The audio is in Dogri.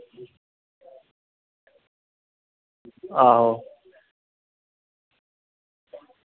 आहो